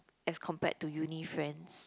as compared to uni friends